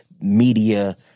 media